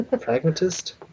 Pragmatist